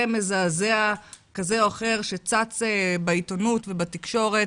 מזעזע כזה או אחר שצץ בעיתונות ובתקשורת.